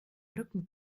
rücken